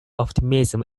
optimism